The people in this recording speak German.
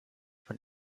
von